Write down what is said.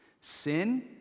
Sin